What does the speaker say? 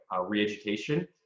re-education